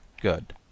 good